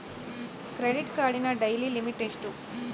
Credit ಕಾರ್ಡಿನ daily limit ಎಷ್ಟು?